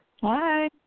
Hi